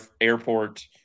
airport